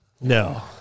No